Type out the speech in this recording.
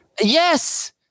Yes